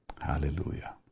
hallelujah